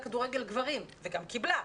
הכדורגל גברים היא פנתה וגם קיבלה.